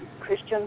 Christian